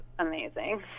amazing